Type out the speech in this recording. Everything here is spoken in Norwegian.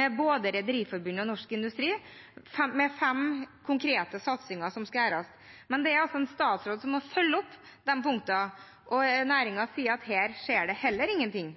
med både Rederiforbundet og Norsk Industri om fem konkrete satsinger. Men det er altså statsråden som må følge opp disse punktene, og næringen sier at her